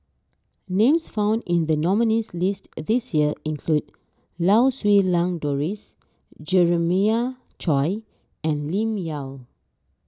names found in the nominees' list this year include Lau Siew Lang Doris Jeremiah Choy and Lim Yau